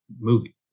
movie